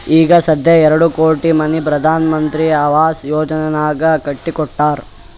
ಈಗ ಸಧ್ಯಾ ಎರಡು ಕೋಟಿ ಮನಿ ಪ್ರಧಾನ್ ಮಂತ್ರಿ ಆವಾಸ್ ಯೋಜನೆನಾಗ್ ಕಟ್ಟಿ ಕೊಟ್ಟಾರ್